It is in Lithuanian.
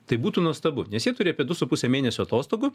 tai būtų nuostabu nes jie turi apie du su puse mėnesio atostogų